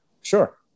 Sure